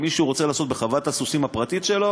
אם מישהו רוצה לעשות קייטנה בחוות הסוסים הפרטית שלו,